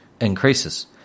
increases